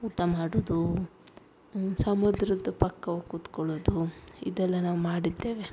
ಊಟ ಮಾಡೋದು ಸಮುದ್ರದ್ ಪಕ್ಕ ಹೋಗ್ ಕುತುಕೊಳ್ಳೋದು ಇದೆಲ್ಲ ನಾವು ಮಾಡಿದ್ದೇವೆ